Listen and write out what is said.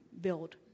build